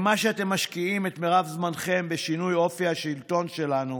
אתם משקיעים את מרב זמנכם בשינוי אופי השלטון שלנו